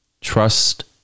Trust